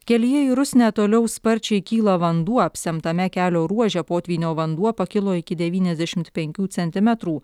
kelyje į rusnę toliau sparčiai kyla vanduo apsemtame kelio ruože potvynio vanduo pakilo iki devyniasdešimt penkių centimetrų